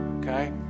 Okay